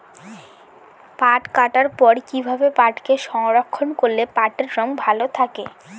পাট কাটার পর কি ভাবে পাটকে সংরক্ষন করলে পাটের রং ভালো থাকে?